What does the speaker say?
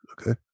Okay